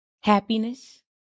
happiness